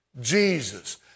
Jesus